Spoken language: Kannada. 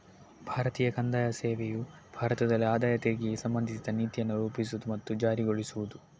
ಭಾರತೀಯ ಕಂದಾಯ ಸೇವೆಯು ಭಾರತದಲ್ಲಿ ಆದಾಯ ತೆರಿಗೆಗೆ ಸಂಬಂಧಿಸಿದ ನೀತಿಯನ್ನು ರೂಪಿಸುವುದು ಮತ್ತು ಜಾರಿಗೊಳಿಸುವುದು